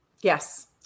Yes